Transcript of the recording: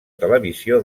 televisió